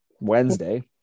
Wednesday